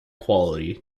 quality